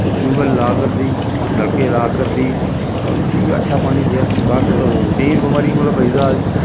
tube well ला करदी नलके ला करदी चलो ठीक ऐ अच्छा पानी देऐ सरकार ते केईं बमारियें कोला बचदा आदमी